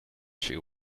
she